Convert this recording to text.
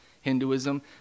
Hinduism